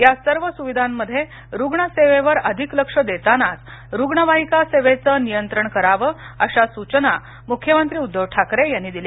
यासर्व सुविधांमध्ये रुग्णसेवेवर अधिक लक्ष देतानाच रुग्णवाहिका सेवेचे नियंत्रण करावं अशा सूचना मुख्यमंत्री उद्धव ठाकरे यांनी दिल्या